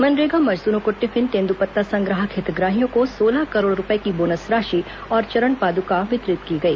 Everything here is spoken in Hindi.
मनरेगा मजदूरों को टिफिन तेंद्रपत्ता संग्राहक हितग्राहियों को सोलह करोड़ रूपये की बोनस राशि और चरणपादुका वितरित की गई